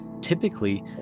typically